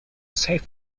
saved